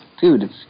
dude